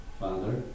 father